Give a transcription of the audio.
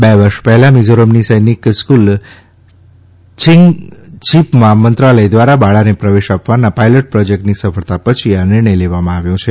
બે વર્ષ પહેલા મિઝોરમની સૈનિક સ્કુલ છીંગછીપમાં મંત્રાલય દ્વારા બાળાને પ્રવેશ આપવાના પાયલોટ પ્રોજેક્ટની સફળતા પછી આ નિર્ણય લેવામાં આવ્યો છે